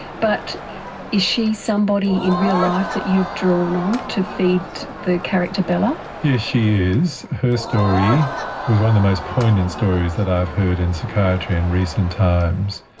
but is she somebody in real life that you've drawn on to feed the character character bella? yes, she is. her story was one of the most poignant stories that i've heard in psychiatry in recent times,